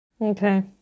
Okay